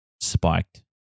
spiked